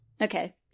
Okay